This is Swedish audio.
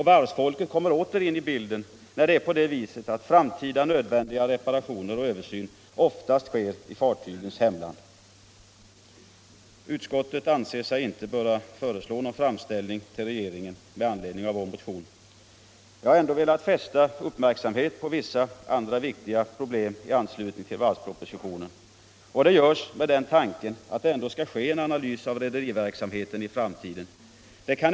Varvsfolket kommer åter in i bilden genom att framtida nödvändig reparation och översyn oftast sker i fartygens hemland. Utskottet anser sig inte böra föreslå någon framställning till regeringen med anledning av vår motion. Jag har ändå velat fästa uppmärksamheten på vissa viktiga problem i anslutning till varvspropositionen. Det gör jag med den tanken att det ändå skall ske en analys av rederiverksamheten i framtiden.